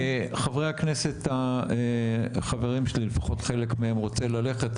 חברי הכנסת החברים שלי לפחות חלק מהם רוצה ללכת,